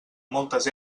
moltes